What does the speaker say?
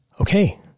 okay